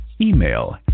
Email